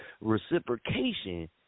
Reciprocation